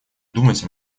думать